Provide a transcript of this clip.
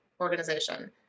organization